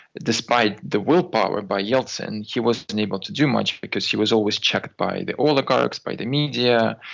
despite the willpower by yeltsin, he wasn't and able to do much because he was always checked by the oligarchs, by the media,